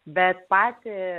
bet patį